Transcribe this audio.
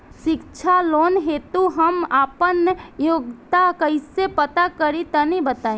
शिक्षा लोन हेतु हम आपन योग्यता कइसे पता करि तनि बताई?